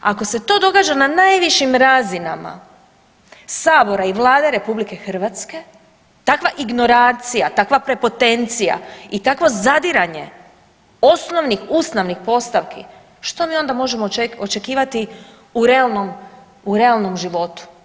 Ako se to događa na najvišim razinama sabora i Vlade RH, takva ignorancija, takva prepotencija i takvo zadiranje osnovnih ustavnih postavki, što mi onda možemo očekivati u realnom životu?